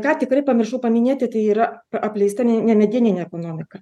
ką tikrai pamiršau paminėti tai yra apleista ne nemedieninė ekonomika